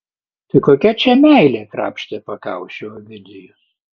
tai kokia čia meilė krapštė pakaušį ovidijus